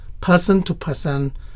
person-to-person